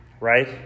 Right